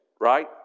right